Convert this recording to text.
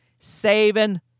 Saving